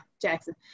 Jackson